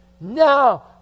Now